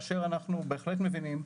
אנחנו בהחלט מבינים,